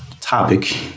topic